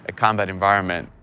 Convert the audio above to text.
ah combat environment.